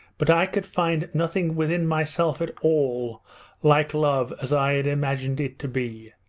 but i could find nothing within myself at all like love as i had imagined it to be.